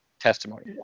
testimony